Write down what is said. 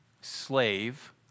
slave